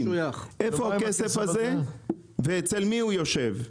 איפה הכסף הזה ואצל מי הוא יושב?